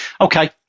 okay